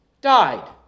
died